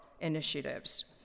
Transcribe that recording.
initiatives